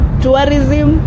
tourism